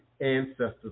ancestors